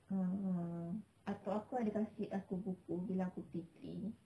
(uh huh) atuk aku ada kasih aku buku bila aku P three